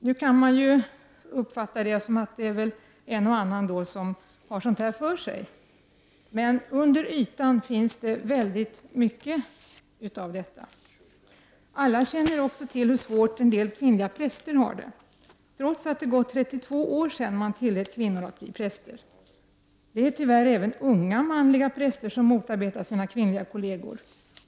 Nu kan man uppfatta detta som att det är en och annan som har sådant för sig. Men under ytan finns det väldigt mycket av detta. Alla känner också till hur svårt en del kvinnliga präster har det, trots att det har gått 32 år sedan man tillät kvinnor att bli präster. Det är tyvärr även unga manliga präster som motarbetar sina kvinnliga kollegor.